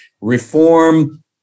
reform